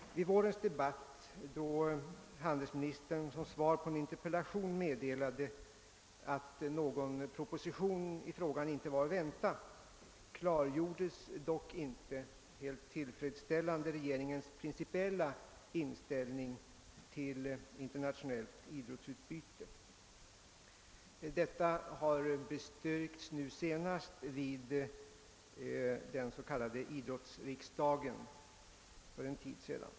Vid vårens debatt, då handelsministern som svår på en interpellation meddelade att någon proposition i frågan inte var att vänta, klargjordes dock inte helt tillfredsställande regeringens speciella inställning till internationellt idrottsutbyte. Detta bestyrktes senast vid den s.k. idrottsriksdagen för en tid sedan.